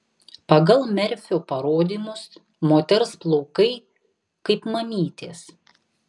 pagal merfio parodymus moters plaukai kaip mamytės